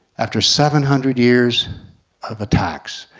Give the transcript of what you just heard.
after seven hundred years of attacks,